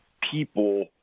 people